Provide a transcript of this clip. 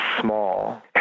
small